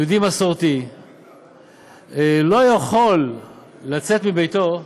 יהודי מסורתי לא יכול לצאת מביתו,